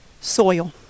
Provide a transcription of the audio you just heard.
soil